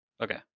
okay